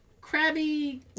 crabby